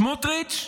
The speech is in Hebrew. סמוטריץ'